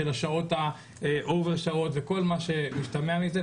של השעות הנוספות וכל מה שמשתמע מזה,